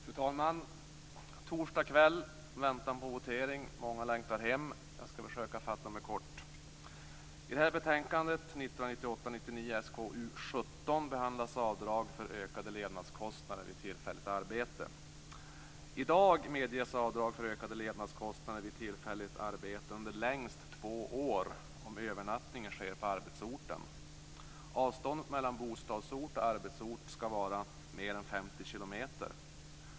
Fru talman! Torsdagskväll, väntan på votering, många längtar hem - jag skall försöka fatta mig kort. I dag medges avdrag för ökade levnadskostnader vid tillfälligt arbete under längst två år om övernattning sker på arbetsorten. Avståndet mellan bostadsort och arbetsort skall vara mer än 50 km.